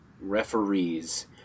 referees